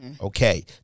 Okay